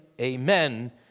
amen